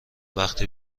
وقتی